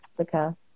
Africa